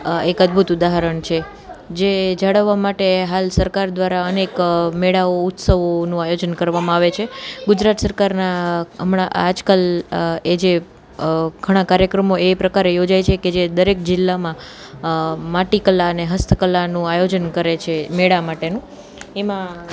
એક અદભુત ઉદાહરણ છે જે જાળવવા માટે હાલ સરકાર દ્વારા અનેક મેળાઓ ઉત્સવોનું આયોજન કરવામાં આવે છે ગુજરાત સરકારના હમણાં આજકાલ એ જે ઘણા કાર્યક્રમોએ પ્રકારે યોજાય છે કે જે દરેક જિલ્લામાં માટી કલાને અને હસ્તકલાનું આયોજન કરે છે મેળા માટેનું એમાં